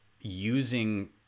using